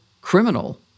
criminal